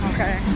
Okay